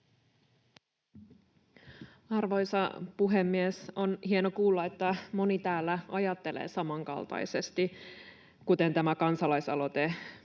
Arvoisa puhemies! On hienoa kuulla, että moni täällä ajattelee samankaltaisesti kuin mihin tämä kansalaisaloite